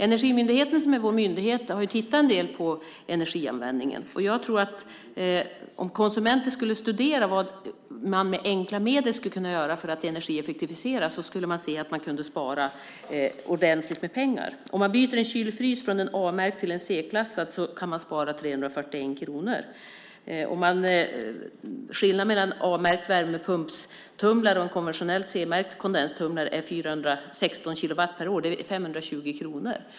Energimyndigheten, som är vår myndighet, har tittat en del på energianvändningen. Om konsumenterna skulle studera vad man med enkla medel skulle kunna göra för att energieffektivisera skulle de se att de kan spara ordentligt med pengar. Om man byter en kyl och frys från en C-klassad till en A-klassad kan man spara 341 kronor. Skillnaden mellan en A-märkt värmepumpstumlare och en konventionell C-märkt kondenstumlare är 416 kilowattimmar per år. Det är 520 kronor.